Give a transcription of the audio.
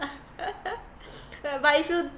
but it's a